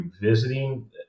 visiting